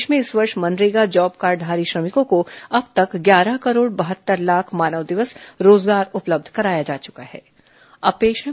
प्रदेश में इस वर्ष मनरेगा जॉब कार्डघारी श्रमिकों को अब तक ग्यारह करोड़ बहत्तर लाख मानव दिवस रोजगार उपलब्ध कराया जा चुका है